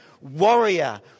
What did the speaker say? warrior